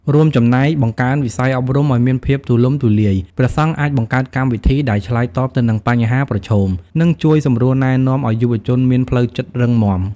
រួមចំណែក បង្កើនវិស័យអប់រំឲ្យមានភាពទូលំទូលាយ ព្រះសង្ឃអាចបង្កើតកម្មវិធីដែលឆ្លើយតបទៅនឹងបញ្ហាប្រឈម និងជួយសម្រួលណែនាំឲ្យយុវជនមានផ្លូវចិត្តរឹងមាំ។